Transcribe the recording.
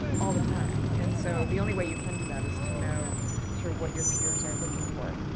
all the time. and so the only way you can do that is to know sort of what your peers are looking for.